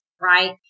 right